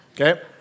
okay